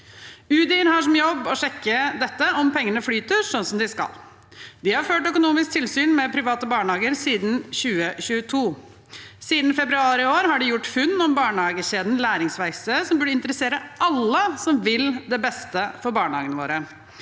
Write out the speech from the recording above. Udir har som jobb å sjekke dette: om pengene flyter sånn som de skal. De har ført økonomisk tilsyn med private barnehager siden 2022. Siden februar i år har de gjort funn om barnehagekjeden Læringsverkstedet som burde interessere alle som vil det beste for barnehagene våre.